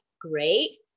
Great